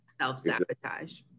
self-sabotage